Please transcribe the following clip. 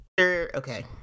okay